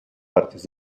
partes